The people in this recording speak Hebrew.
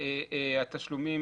שהתשלומים